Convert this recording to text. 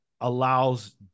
allows